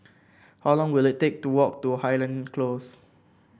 how long will it take to walk to Highland Close